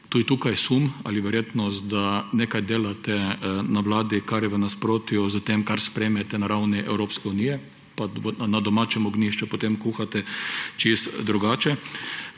tukaj kar sum ali verjetnost, da nekaj delate na Vladi, kar je v nasprotju s tem, kar sprejemate na ravni Evropske unije, pa na domačem ognjišču potem kuhate čisto drugače.